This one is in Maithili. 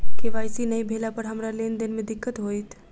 के.वाई.सी नै भेला पर हमरा लेन देन मे दिक्कत होइत?